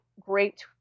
great